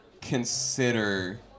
consider